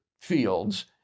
fields